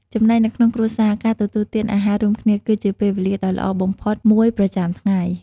ចំណែកនៅក្នុងគ្រួសារ ការទទួលទានអាហាររួមគ្នា គឺជា ពេលវេលាដ៏ល្អបំផុតមួយ ប្រចាំថ្ងៃ។